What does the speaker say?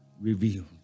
revealed